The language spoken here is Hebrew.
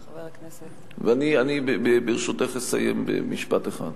ואני, ברשותך, אסיים במשפט אחד.